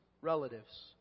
relatives